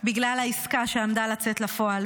בגלל העסקה שעמדה לצאת לפועל,